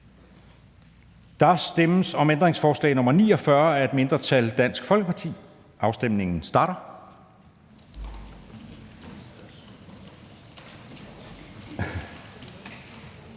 Der stemmes om ændringsforslag nr. 49 af et mindretal (DF). Afstemningen starter.